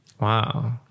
Wow